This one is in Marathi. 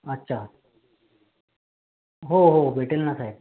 अच्छा हो हो भेटेल ना साहेब